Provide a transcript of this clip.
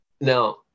now